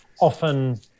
often